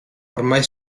oramai